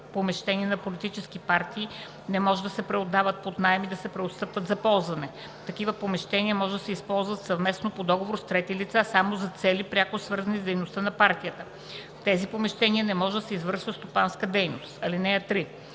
помещения на политически партии не може да се преотдават под наем и да се преотстъпват за ползване. Такива помещения може да се ползват съвместно по договор с трети лица само за цели, пряко свързани с дейността на партията. В тези помещения не може да се извършва стопанска дейност. (3)